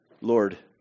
Lord